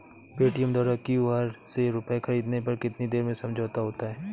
Paytm द्वारा QR से रूपए ख़रीदने पर कितनी देर में समझौता होता है?